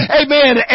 amen